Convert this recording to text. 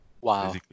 Wow